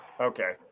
Okay